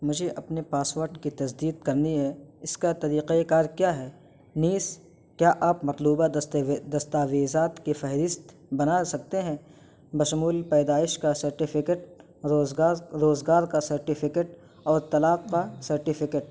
مجھے اپنے پاسورڈ کی تجدید کرنی ہے اس کا طریقہ کار کیا ہے نیس کیا آپ مطلوبہ دستاویزات کی فہرست بنا سکتے ہیں بشمول پیدائش کا سرٹیفکیٹ روزگار روزگار کا سرٹیفکیٹ اور طلاق کا سرٹیفکیٹ